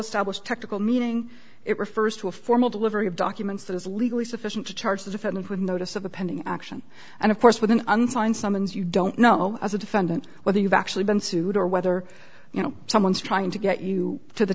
established technical meaning it refers to a formal delivery of documents that is legally sufficient to charge the defendant would notice of the pending action and of course with an unsigned summons you don't know as a defendant whether you've actually been sued or whether you know someone's trying to get you to the